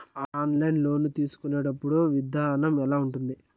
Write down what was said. online loan తీసుకునేటప్పుడు విధానం ఎలా ఉంటుంది